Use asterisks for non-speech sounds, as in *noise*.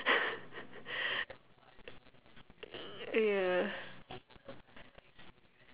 *laughs* yeah